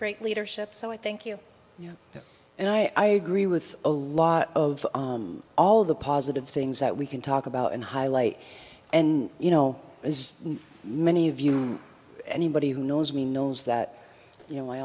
great leadership so i think you and i agree with a lot of all the positive things that we can talk about and highlight and you know as many of you anybody who knows me knows that you know i